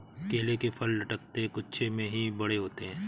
केले के फल लटकते गुच्छों में ही बड़े होते है